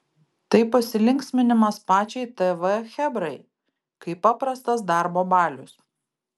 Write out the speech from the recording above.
tai pasilinksminimas pačiai tv chebrai kaip paprastas darbo balius